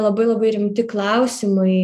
labai labai rimti klausimai